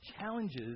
challenges